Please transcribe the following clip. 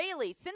daily